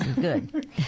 Good